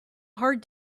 hard